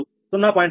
2 0